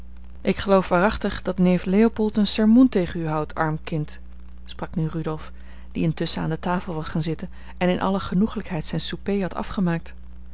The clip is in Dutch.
ik geloof waarachtig dat neef leopold een sermoen tegen u houdt arm kind sprak nu rudolf die intusschen aan de tafel was gaan zitten en in alle genoeglijkheid zijn souper had afgemaakt